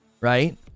Right